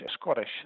Scottish